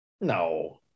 No